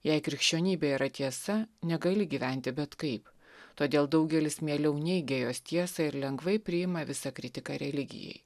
jei krikščionybė yra tiesa negali gyventi bet kaip todėl daugelis mieliau neigia jos tiesą ir lengvai priima visą kritiką religijai